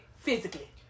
physically